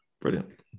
Brilliant